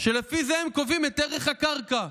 שלפיהן הם קובעים את ערך הקרקע.